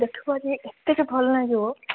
ଦେଖିବ ଯେ ଏତେ ଯେ ଭଲ ଲାଗିବ